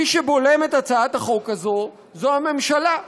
מי שבולמת את הצעת החוק הזו זו הממשלה,